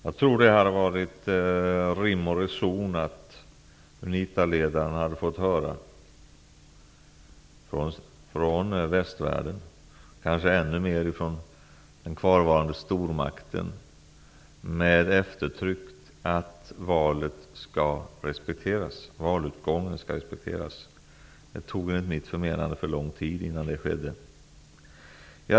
Jag tror att det hade varit rimligt att Unita-ledarna med eftertryck hade fått höra från västvärlden, och kanske ännu hellre från den kvarvarande stormakten, att valutgången skulle respekteras. Det tog enligt min mening för lång tid innan det skedde.